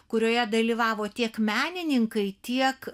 kurioje dalyvavo tiek menininkai tiek